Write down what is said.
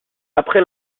après